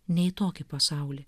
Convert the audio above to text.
ne į tokį pasaulį